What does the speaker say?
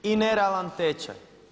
I nerealan tečaj.